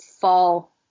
fall